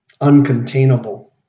uncontainable